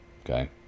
okay